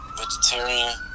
vegetarian